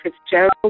Fitzgerald